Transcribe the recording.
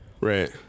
Right